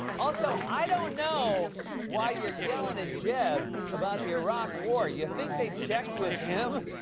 also, i don't know why you're yelling at jeb about the iraq war. you think they checked with him?